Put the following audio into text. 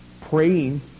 praying